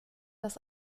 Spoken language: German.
das